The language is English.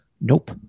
Nope